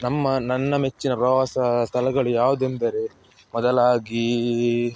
ನಮ್ಮ ನನ್ನ ಮೆಚ್ಚಿನ ಪ್ರವಾಸ ಸ್ಥಳಗಳು ಯಾವುದೆಂದರೆ ಮೊದಲಾಗಿ